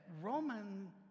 Roman